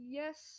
yes